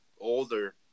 older –